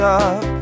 up